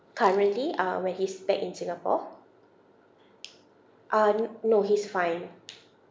currently uh when he's back in singapore uh n~ no he's fine